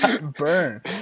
Burn